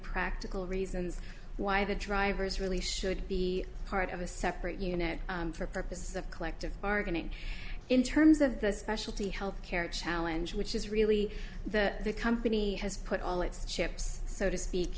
practical reasons why the drivers really should be part of a separate unit for purposes of collective bargaining in terms of the specialty health care challenge which is really the company has put all its chips so to speak